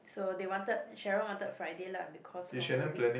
so they wanted Cheryl wanted Friday lah because her whole week